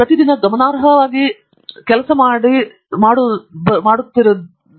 ಪ್ರತಿ ದಿನ ಗಮನಾರ್ಹವಾಗಿ ಗಂಟೆಗಳ ಕಾಲ ತಮ್ಮ ಕೆಲಸಕ್ಕೆ ಬರುತ್ತಿರುವುದು